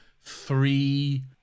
three